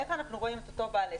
איך אנחנו רואים את בעל העסק,